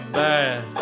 bad